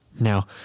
now